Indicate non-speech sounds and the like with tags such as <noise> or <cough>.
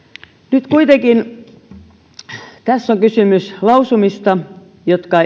nyt kuitenkin tässä on kysymys lausumista jotka <unintelligible>